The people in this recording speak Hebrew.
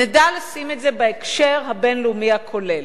נדע לשים את זה בהקשר הבין-לאומי הכולל,